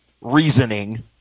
reasoning